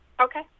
Okay